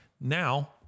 Now